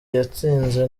yatsinze